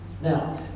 Now